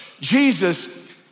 Jesus